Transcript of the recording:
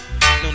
no